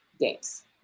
games